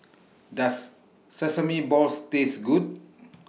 Does Sesame Balls Taste Good